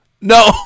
No